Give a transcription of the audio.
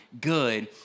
good